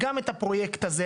גם את הפרויקט הזה,